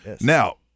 Now